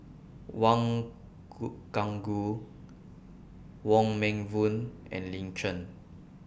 Wang Gungwu Wong Meng Voon and Lin Chen